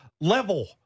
level